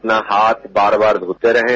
अपना हाथ बार बार धोते रहें